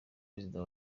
perezida